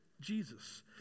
Jesus